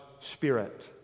Spirit